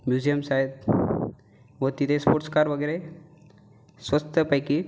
museums आहेत व तिथे स्पोर्ट्स कार वगैरे स्वस्तपैकी